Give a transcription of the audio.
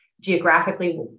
geographically